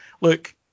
look